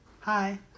Hi